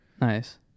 Nice